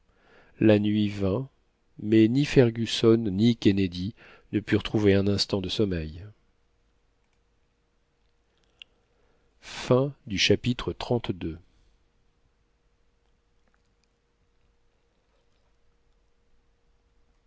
la nuit vint mais ni fergusson ni kennedy ne purent trouver un instant de sommeil chapitre